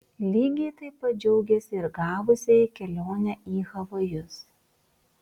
lygiai taip pat džiaugėsi ir gavusieji kelionę į havajus